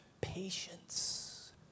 patience